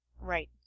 Right